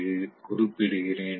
இதை மைய புள்ளியாக எழுதுகிறேன்